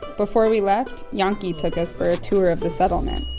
before we left, yanki took us for a tour of the settlement.